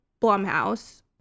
Blumhouse